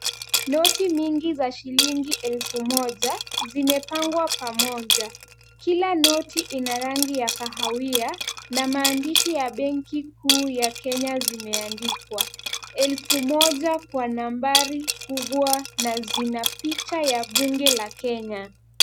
Noti mingi za shilingi elfu moja zimepangwa pamoja ,kila noti ina rangi ya kahawia na maandishi ya benki kuu ya Kenya zimeandikwa, elfu moja kwa nambari kubwa na zina picha ya bunge la Kenya .